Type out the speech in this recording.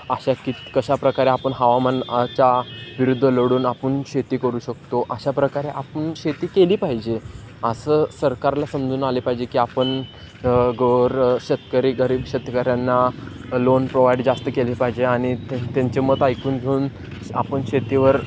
अशा की कशाप्रकारे आपण हवामानाच्या विरुद्ध लढून आपण शेती करू शकतो अशा प्रकारे आपण शेती केली पाहिजे असं सरकारला समजून आले पाहिजे की आपण गोर शेतकरी गरीब शेतकऱ्यांना लोन प्रोवाईड जास्त केली पाहिजे आणि त्यां त्यांचे मत ऐकून घेऊन आपण शेतीवर